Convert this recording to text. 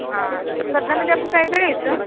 हां स्पर्धेमध्ये आपण काय काय घ्यायचं